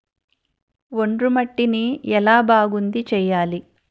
ఒండ్రు మట్టిని ఎలా బాగుంది చేయాలి?